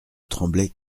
tremblaient